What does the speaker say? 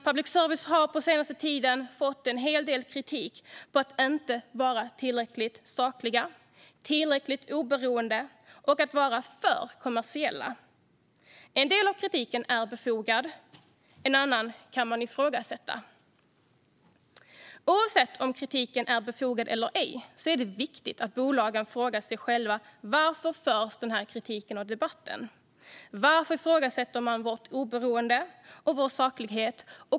Public service har den senaste tiden fått en hel del kritik för att inte vara tillräckligt saklig, inte tillräckligt oberoende och att vara för kommersiell. En del av kritiken är befogad, en annan del kan man ifrågasätta. Oavsett om kritiken är befogad eller ej så är det viktigt att bolagen frågar sig själva: Varför förs den här kritiken och debatten fram? Varför ifrågasätter man vårt oberoende och vår saklighet?